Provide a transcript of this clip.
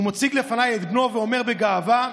הוא מציג לפניי את בנו ואומר בגאווה: